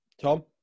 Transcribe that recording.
Tom